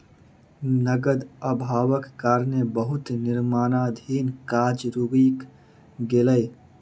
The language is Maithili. नकद अभावक कारणें बहुत निर्माणाधीन काज रुइक गेलै